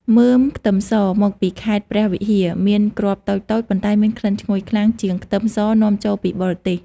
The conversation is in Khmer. មើមខ្ទឹមសមកពីខេត្តព្រះវិហារមានគ្រាប់តូចៗ ប៉ុន្តែមានក្លិនឈ្ងុយខ្លាំងជាងខ្ទឹមសនាំចូលពីបរទេស។